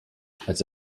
als